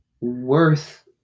worth